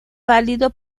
válido